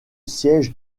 siège